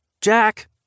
Jack